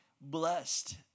blessed